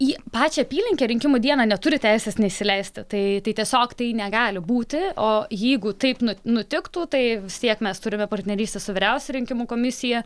į pačią apylinkę rinkimų dieną neturi teisės neįsileisti tai tai tiesiog tai negali būti o jeigu taip nutiktų tai vis tiek mes turime partnerystę su vyriausia rinkimų komisija